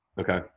okay